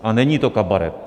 A není to kabaret.